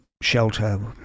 shelter